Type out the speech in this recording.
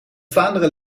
vlaanderen